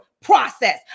Process